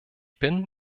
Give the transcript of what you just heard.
bin